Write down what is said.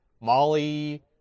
Molly